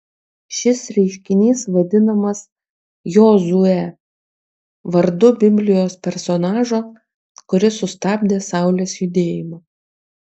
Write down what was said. šis reiškinys vadinamas jozue vardu biblijos personažo kuris sustabdė saulės judėjimą